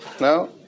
No